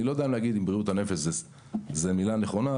אני לא יודע אם בריאות הנפש זו המילה הנכונה,